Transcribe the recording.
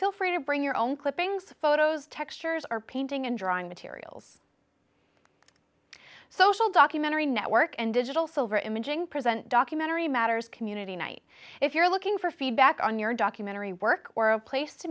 feel free to bring your own clippings photos textures or painting and drawing materials social documentary network and digital silver imaging present documentary matters community night if you're looking for feedback on your documentary work or a place to